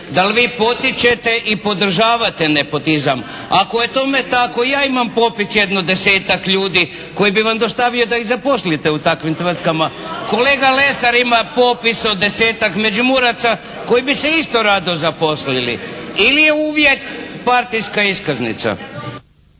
Da li vi potičete i podržavate nepotizam? Ako je tome tako ja imam popis jedno 10-tak ljudi koje bi vam dostavio da ih zaposlite u takvim tvrtkama. Kolega Lesar ima popis od 10-tak Međimuraca koji bi se isto rado zaposlili ili je uvijek partijska iskaznica?